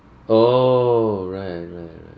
oh right right right